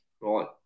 Right